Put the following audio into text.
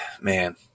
man